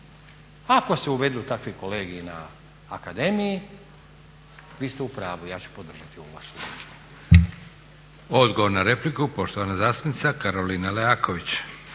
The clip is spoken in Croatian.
Ako se uvedu takvi kolegiji na akademiji vi ste u pravu i ja ću podržati ovu vašu tvrdnju.